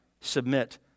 submit